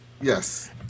Yes